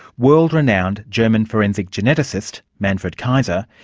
world renowned german forensic geneticist, manfred keiser,